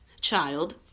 child